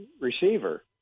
receiver